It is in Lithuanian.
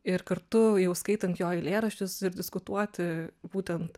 ir kartu jau skaitant jo eilėraščius ir diskutuoti būtent